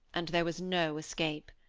and there was no escape.